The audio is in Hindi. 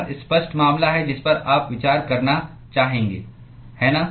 यह स्पष्ट मामला है जिस पर आप विचार करना चाहेंगे है ना